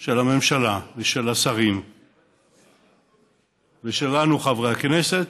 של הממשלה, של השרים ושלנו, חברי הכנסת.